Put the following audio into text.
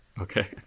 okay